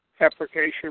application